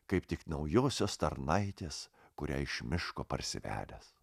kaip tik naujosios tarnaitės kurią iš miško parsivedęs